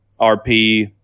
RP